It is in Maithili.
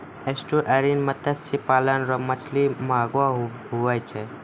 एस्टुअरिन मत्स्य पालन रो मछली महगो हुवै छै